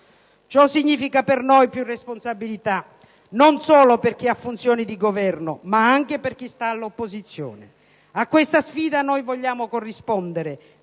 Ciò significa per noi più responsabilità non solo per chi ha funzioni di Governo, ma anche per chi sta all'opposizione. A questa sfida noi vogliamo corrispondere,